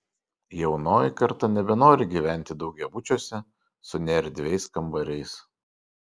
jaunoji karta nebenori gyventi daugiabučiuose su neerdviais kambariais